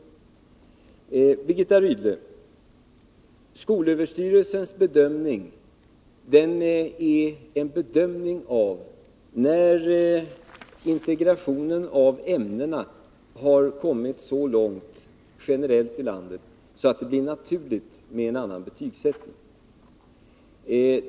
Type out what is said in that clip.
Till Birgitta Rydle: Skolöverstyrelsens bedömning är en bedömning av när integrationen av ämnena har kommit så långt generellt i landet att det blir naturligt med en annan betygsättning.